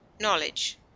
KNOWLEDGE